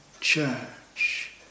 church